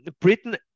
Britain